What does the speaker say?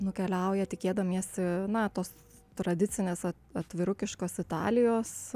nukeliauja tikėdamiesi na tos tradicinėse atvirukiškos italijos